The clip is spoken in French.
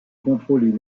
contrôler